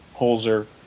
Holzer